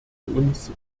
uns